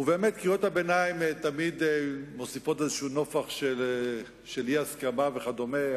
ובאמת קריאות הביניים תמיד מוסיפות איזה נופך של אי-הסכמה וכדומה.